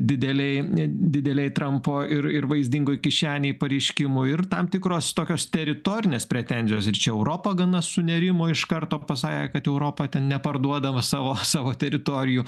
didelėj didelėj trampo ir ir vaizdingoj kišenėj pareiškimų ir tam tikros tokios teritorinės pretenzijos ir čia europa gana sunerimo iš karto pasakė kad europa ten neparduodavo savo savo teritorijų